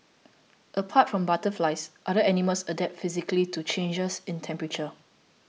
apart from butterflies other animals adapt physically to changes in temperature